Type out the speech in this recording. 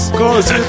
cause